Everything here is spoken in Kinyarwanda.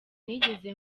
nigeze